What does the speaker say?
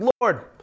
Lord